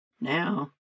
now